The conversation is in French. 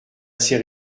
assez